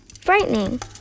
frightening